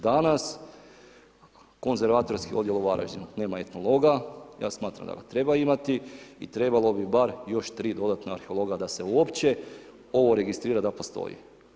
Danas konzervatorski odjel u Varaždinu nema etnologa, ja smatram da ga treba imati i trebalo bi bar još tri dodatna arheologa da se uopće ovo registrira da postoji.